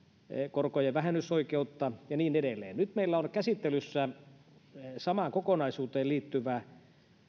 korkojen vähennysoikeutta ja niin edelleen nyt meillä on käsittelyssä samaan kokonaisuuteen liittyvä